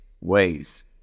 ways